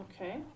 Okay